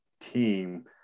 team